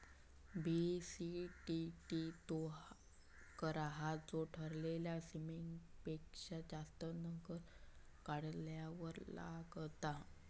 BCTT तो कर हा जो ठरलेल्या सीमेपेक्षा जास्त नगद काढल्यार लागता